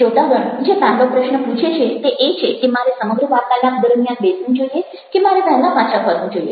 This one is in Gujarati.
શ્રોતાગણ જે પહેલો પ્રશ્ન પૂછે છે તે એ છે કે મારે સમગ્ર વાર્તાલાપ દરમિયાન બેસવું જોઈએ કે મારે વહેલા પાછા ફરવું જોઈએ